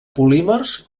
polímers